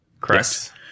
correct